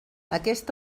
aquest